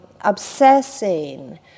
obsessing